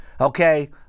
Okay